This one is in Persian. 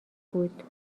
بود